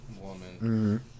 woman